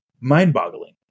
Mind-boggling